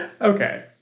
Okay